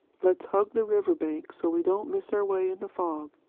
let's hug the river-bank so we don't miss our way in the fog.